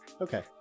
Okay